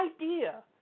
idea